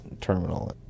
terminal